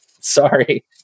Sorry